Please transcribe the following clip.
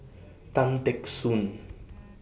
Tan Teck Soon